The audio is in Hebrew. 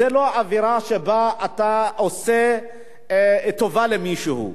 זה לא אווירה שבה אתה עושה טובה למישהו.